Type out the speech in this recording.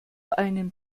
einem